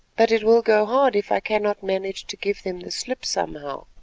but it will go hard if i cannot manage to give them the slip somehow.